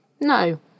No